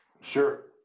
Sure